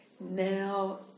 Now